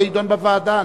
זה יידון בוועדה.